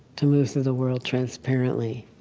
to move through the world transparently.